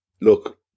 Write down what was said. look